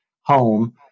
home